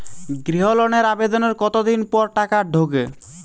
গৃহ লোনের আবেদনের কতদিন পর টাকা ঢোকে?